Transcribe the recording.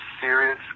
serious